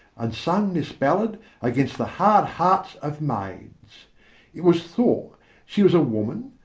and sung this ballad against the hard hearts of maids it was thought she was a woman,